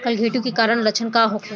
गलघोंटु के कारण लक्षण का होखे?